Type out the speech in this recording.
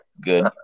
good